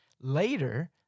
later